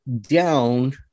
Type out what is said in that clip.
down